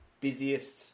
busiest